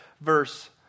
verse